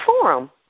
forum